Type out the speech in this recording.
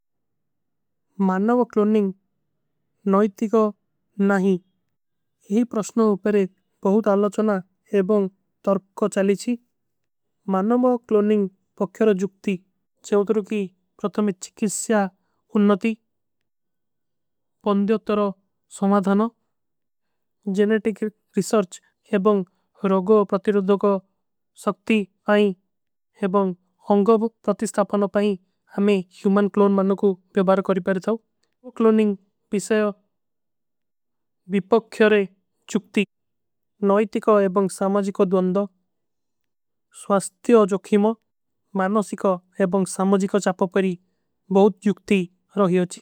ମାନନମା କ୍ଲୋଣିଂଗ ନୌଇଟିକ ନହୀଂ ଯହୀ ପ୍ରସ୍ଣୋଂ ଅପରେ ବହୁତ ଅଲଚନା। ଏବଂଗ ତର୍ପ କୋ ଚାଲୀଚୀ ମାନନମା କ୍ଲୋଣିଂଗ ପକ୍ଯର ଜୁକ୍ତି ଚେଵତରୁକୀ। ପ୍ରତମେଚ୍ଚିକିସ୍ଯା ଉନ୍ନତୀ ପଂଦ୍ଯତ୍ର ସମାଧାନ ଜେନେଟିକ ରିସର୍ଚ ଏବଂଗ ରଗୋ। ପ୍ରତିରୁଦୋ କା ସକ୍ତି ଆଈ ଏବଂଗ ହଂଗଵ ପ୍ରତିସ୍ଥାପନ ପାଈ ହମେଂ ହୁମାନ। କ୍ଲୋଣ ମାନନ କୋ ବେଵାର କରୀ ପାରେ ଜାଓ ମାନନମା କ୍ଲୋଣିଂଗ ପିସେଯ। ଵିପକ୍ଯର ଜୁକ୍ତି ନଏଟିକ ଏବଂଗ ସାମଜୀକ ଦୁନ୍ଦ ସ୍ଵାସ୍ତିଯ ଜୋଖିମ। ମାନନସୀକ ଏବଂଗ ସାମଜୀକ ଜାପପରୀ ବହୁତ ଜୁକ୍ତି ରହିଯୋଚୀ।